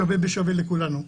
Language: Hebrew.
שווה בשווה לכולנו,